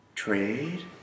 Trade